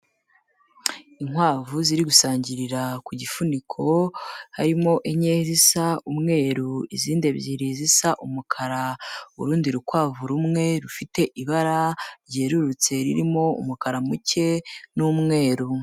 Inkwavu ziri gusangirira ku gifuniko, harimo: enye zisa umweru, izindi ebyiri zisa umukara, urundi rukwavu rumwe rufite ibara ryerurutse, ririmo umukara muke n'umweru.